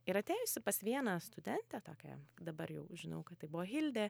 ir atėjusi pas vieną studentę tokią dabar jau žinau kad tai buvo hildė